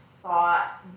thought